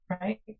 right